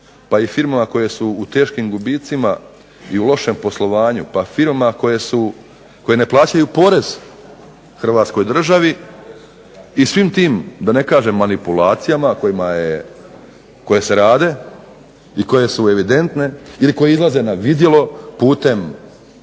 pa i firmama koje su u teškim gubicima i u lošem poslovanju, pa firmama koje ne plaćaju porez Hrvatskoj državi i svim tim da ne kažem manipulacijama koje se rade i koje su evidentne ili koje izlaze na vidjelo putem